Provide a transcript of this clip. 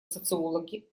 социологи